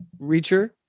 Reacher